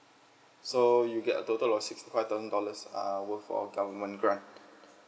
so you get a total of sixty five thousand dollars err worth of government grant